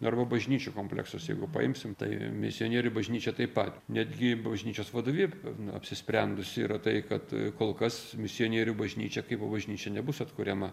arba bažnyčių kompleksas jeigu paimsim tai misionierių bažnyčia taip pat netgi bažnyčios vadovybė apsisprendusi yra tai kad kol kas misionierių bažnyčia kaip bažnyčia nebus atkuriama